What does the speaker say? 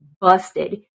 busted